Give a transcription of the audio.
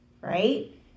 right